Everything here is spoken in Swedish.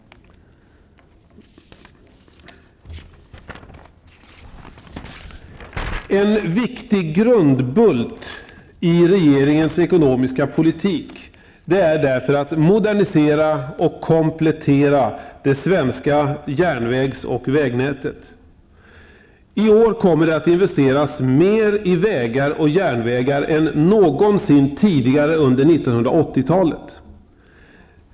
En viktig grundbult i regeringens ekonomiska politik är därför att modernisera och komplettera det svenska järnvägs och vägnätet. I år kommer det att investeras mer i vägar och järnvägar än någonsin tidigare under 1980-talet.